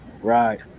right